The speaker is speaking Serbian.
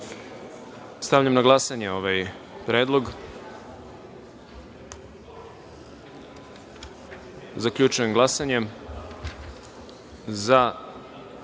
Stavljam na glasanje ovaj predlog. Zaključujem glasanje i